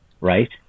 right